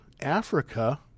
Africa